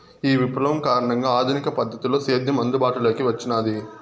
ఈ విప్లవం కారణంగా ఆధునిక పద్ధతిలో సేద్యం అందుబాటులోకి వచ్చినాది